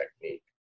technique